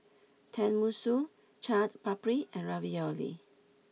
Tenmusu Chaat Papri and Ravioli